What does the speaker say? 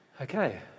Okay